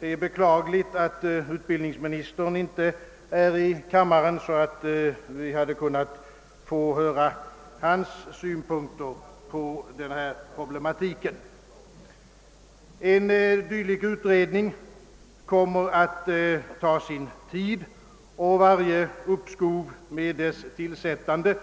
Det är beklagligt, att utbildningsministern inte är i kammaren, så att vi kan få höra hans synpunkter på denna problematik. En utredning kommer att ta sin tid, och varje uppskov med dess tillsättande